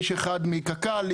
איש אחד מקק"ל.